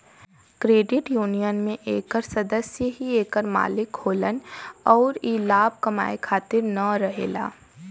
credit union में एकर सदस्य ही एकर मालिक होलन अउर ई लाभ कमाए खातिर न रहेला